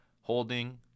holding